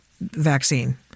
vaccine